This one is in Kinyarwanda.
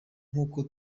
nk’uko